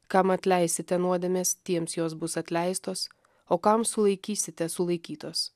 kam atleisite nuodėmes tiems jos bus atleistos o kam sulaikysite sulaikytos